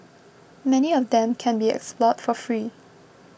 many of them can be explored for free